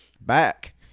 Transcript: Back